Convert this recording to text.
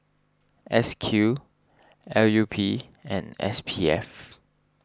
S Q L U P and S P F